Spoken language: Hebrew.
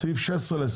סעיף 10 להסתייגויות.